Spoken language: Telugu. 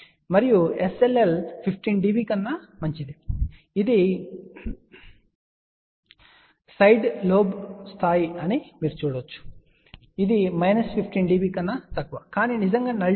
మరియు SLL 15 dB కన్నా మంచిది ఇది సైడ్ లోబ్ స్థాయి అని మీరు చూడవచ్చు ఇది మైనస్ 15 dB కన్నా తక్కువ కానీ నిజంగా నల్ డెప్త్ ముఖ్యమైనది